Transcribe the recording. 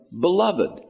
beloved